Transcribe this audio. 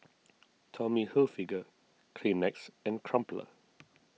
Tommy Hilfiger Kleenex and Crumpler